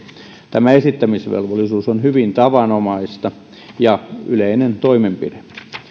tämä esittämisvelvollisuus on hyvin tavanomaista ja yleinen toimenpide